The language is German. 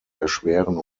erschweren